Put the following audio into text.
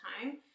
time